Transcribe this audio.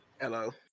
Hello